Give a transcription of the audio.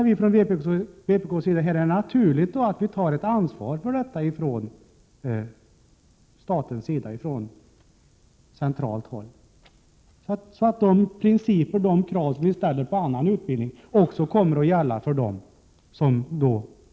Vi från vpk:s sida menar att det är naturligt att man tar ett ansvar för detta från statens sida, alltså från centralt håll, så att de krav som vi ställer på annan utbildning också gäller för särvux.